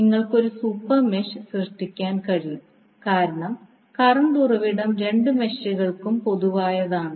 നിങ്ങൾക്ക് ഒരു super mesh സൃഷ്ടിക്കാൻ കഴിയും കാരണം കറണ്ട് ഉറവിടം രണ്ട് മെഷുകൾക്കും പൊതുവായതാണ്